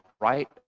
right